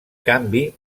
canvi